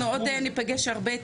אנחנו עוד ניפגש הרבה,